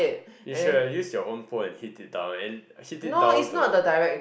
you should have used your own pole and hit it down and hit it down to